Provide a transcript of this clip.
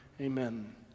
Amen